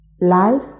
life